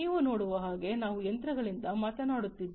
ನೀವು ನೋಡುವ ಹಾಗೆ ನಾವು ಯಂತ್ರಗಳಿಂದ ಮಾತನಾಡುತ್ತಿದ್ದೇವೆ